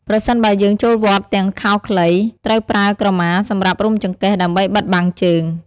ប្រសិនបើយើងចូលវត្តទាំងខោខ្លី ត្រួវប្រើក្រមាសម្រាប់រុំចង្កេះ ដើម្បីបិទបាំងជើង។